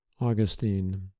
Augustine